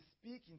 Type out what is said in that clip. speaking